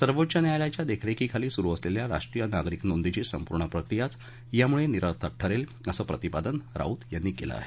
सर्वोच्च न्यायालयाच्या देखरेखीखाली सुरु असलेल्या राष्ट्रीय नागरिक नोंदीची संपूर्ण प्रक्रियाच यामुळे निरर्थक ठरेल असं प्रतिपादन राऊत यांनी केलं आहे